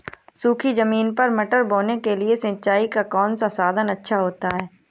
सूखी ज़मीन पर मटर बोने के लिए सिंचाई का कौन सा साधन अच्छा होता है?